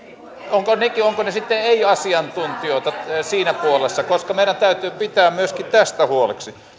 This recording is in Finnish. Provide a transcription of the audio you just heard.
ovatko he sitten ei asiantuntijoita siinä puolessa meidän täytyy pitää myöskin tästä